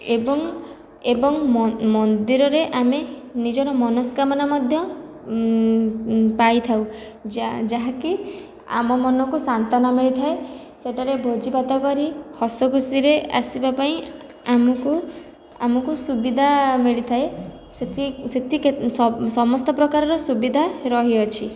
ଏବଂ ଏବଂ ମନ୍ଦିରରେ ଆମେ ନିଜର ମନସ୍କାମନା ମଧ୍ୟ ପାଇଥାଉ ଯାହା ଯାହାକି ଆମ ମନକୁ ସାନ୍ତ୍ୱନା ମିଳିଥାଏ ସେଠାରେ ଭୋଜିଭାତ କରି ହସ ଖୁସିରେ ଆସିବା ପାଇଁ ଆମକୁ ଆମକୁ ସୁବିଧା ମିଳିଥାଏ ସେ'ଠି ସେ'ଠି ସମସ୍ତ ପ୍ରକାରର ସୁବିଧା ରହିଅଛି